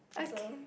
okay